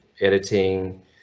editing